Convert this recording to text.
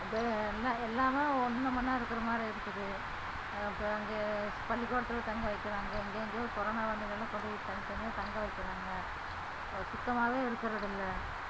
இப்போ எல்லா எல்லாமே ஒன்று மண்ணாக இருக்கிற மாதிரி இருக்குது இப்போ அங்கே பள்ளிக்கூடத்தில் தங்க வைக்கிறாங்க எங்கெங்கையோ கொரோனா வந்தவங்களலலாம் கொண்டுப்போய் தனித்தனியாக தங்க வைக்கிறாங்க சுத்தமாகவே இருக்கறதில்லை